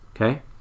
Okay